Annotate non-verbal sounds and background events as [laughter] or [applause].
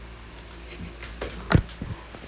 [laughs]